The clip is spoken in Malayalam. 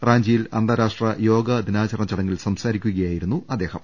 റാഞ്ചിയിൽ അന്താരാഷ്ട്ര യോഗാ ദിനാച രണ ചടങ്ങിൽ സംസാരിക്കുകയായിരുന്നു അദ്ദേഹം